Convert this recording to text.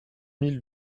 mille